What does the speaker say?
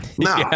No